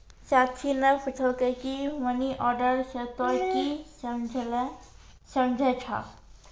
साक्षी ने पुछलकै की मनी ऑर्डर से तोंए की समझै छौ